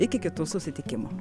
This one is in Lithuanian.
iki kitų susitikimų